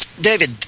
David